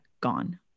gone